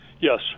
Yes